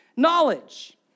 knowledge